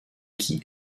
qui